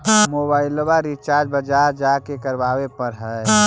मोबाइलवा रिचार्ज बजार जा के करावे पर है?